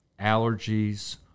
allergies